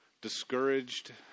discouraged